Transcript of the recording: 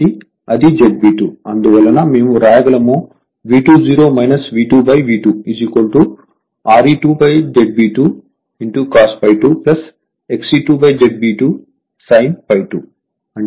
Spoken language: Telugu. కాబట్టి అది ZB2 అందువలన మేము వ్రాయగలము V20 V2V2 Re2Z B 2cos ∅2 XE2Z B 2 sin ∅2